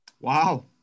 Wow